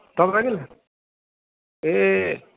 तपाईँको लागि ए